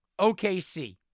OKC